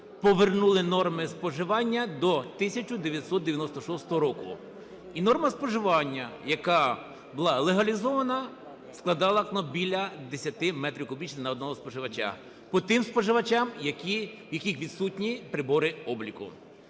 повернули норми споживання до 1996 року. І норма споживання, яка була легалізована, складала біля 10 метрів кубічних на одного споживача, по тим споживачам, в яких відсутні прибори обліку.